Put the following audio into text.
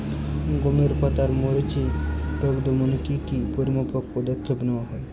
গমের পাতার মরিচের রোগ দমনে কি কি পরিমাপক পদক্ষেপ নেওয়া হয়?